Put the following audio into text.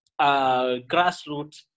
grassroots